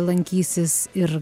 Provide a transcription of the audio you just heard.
lankysis ir